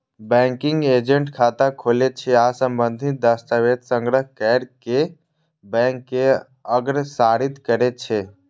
banking agent खाता खोलै छै आ संबंधित दस्तावेज संग्रह कैर कें बैंक के अग्रसारित करै छै